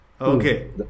Okay